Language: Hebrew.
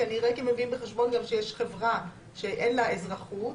כנראה שהם מביאים בחשבון גם שיש חברה שאין לה אזרחות.